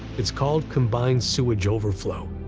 it's called combined sewage overflow,